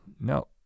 No